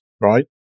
right